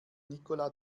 nicola